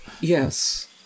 Yes